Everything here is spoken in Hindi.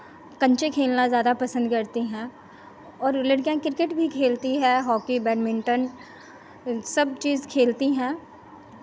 कंचे खेलना ज़्यादा पसंद करती हैं और लड़कियां क्रिकेट भी खेलती है हॉकी बैडमिंटन सब चीज़ खेलती हैं